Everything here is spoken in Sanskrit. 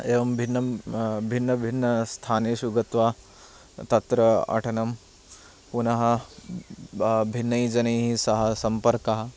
एवं भिन्नं भिन्नभिन्नस्थानेषु गत्वा तत्र अटनं पुनः भिन्नैः जनैः सह सम्पर्कः